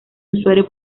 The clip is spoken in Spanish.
usuario